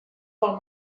pel